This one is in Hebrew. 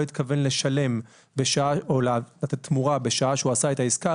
התכוון לשלם את התמורה בשעה שהוא עשה את העסקה,